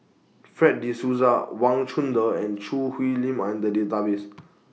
Fred De Souza Wang Chunde and Choo Hwee Lim Are in The Database